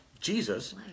Jesus